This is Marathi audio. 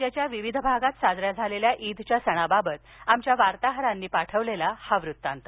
राज्याच्या विविध भागात साजऱ्या झालेल्या ईदच्या सणाबाबत आमच्या वार्ताहरांनी पाठवलेला हा वृत्तांत